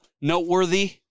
noteworthy